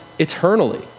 eternally